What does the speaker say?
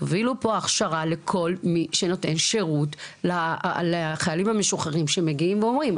תובילו פה הכשרה לכל מי שנותן שירות לחיילים המשוחררים שמגיעים ואומרים,